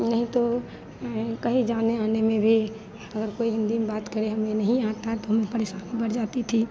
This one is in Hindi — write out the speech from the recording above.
नहीं तो कहीं जाने आने में भी अगर कोई हिन्दी में बात करे हमें नहीं आता है तो हमें परेशानी बढ़ जाती थी